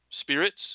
spirits